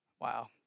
Wow